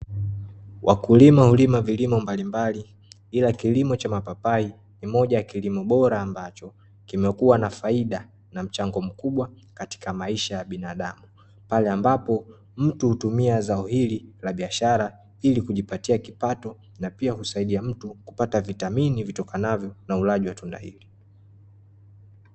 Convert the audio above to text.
Wakulima hulima vilimo mbalimbali, ila kilimo cha mapapai ni moja ya kilimo bora ambacho, kimekuwa na faida na mchango mkubwa katika maisha ya binadamu. Pale ambapo mtu hutumia zao hili la biashara, ili kujipatia kipato na pia kusaidia mtu kupata vitamini vitokanavyo na ulaji wa tunda hili.